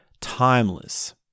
timeless